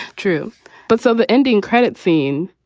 true but so the ending credits scene,